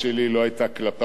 אלא כלפי העובדה